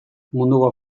munduko